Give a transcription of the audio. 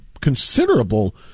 considerable